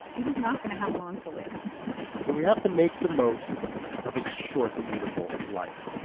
it is not going to have long to live so we have to make the most of its short, beautiful life.